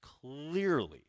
clearly –